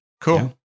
Cool